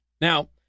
Now